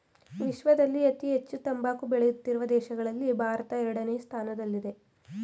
ವಿಶ್ವದಲ್ಲಿ ಅತಿ ಹೆಚ್ಚು ತಂಬಾಕು ಬೆಳೆಯುತ್ತಿರುವ ದೇಶಗಳಲ್ಲಿ ಭಾರತ ಎರಡನೇ ಸ್ಥಾನದಲ್ಲಿದೆ